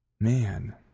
Man